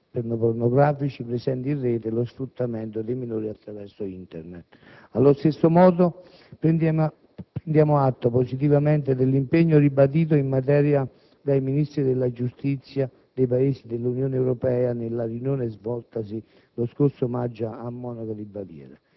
pedopornografici presenti in Rete e lo sfruttamento di minori attraverso Internet. Allo stesso modo, prendiamo atto positivamente dell'impegno ribadito in materia dai Ministri della giustizia dei Paesi dell'Unione Europea nella riunione svoltasi lo scorso maggio a Monaco di Baviera